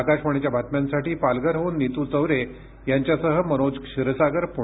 आकाशवाणीच्या बातम्यांसाठी पालघरहून नीतू चौरे यांच्यासह मनोज क्षीरसागर पुणे